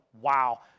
wow